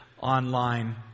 online